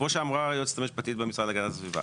כמו שאמרה היועצת המשפטית במשרד להגנת הסביבה.